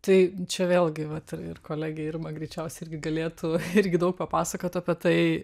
tai čia vėlgi vat ir kolegė irma greičiausiai irgi galėtų irgi daug papasakot apie tai